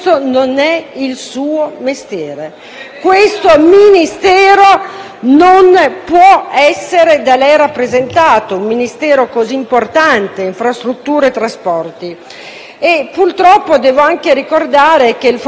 lei ora guida non può essere da lei rappresentato: un Ministero così importante, quello delle infrastrutture e trasporti. Purtroppo, devo anche ricordare che il fondatore del suo movimento politico,